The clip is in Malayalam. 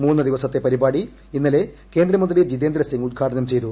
മൂന്നു ദിവസത്തെ പരിപാടി ഇന്നലെ കേന്ദ്രമന്ത്രി ജിതേന്ദ്രസിംഗ് ഉദ്ഘാടനം ചെയ്തു